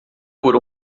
por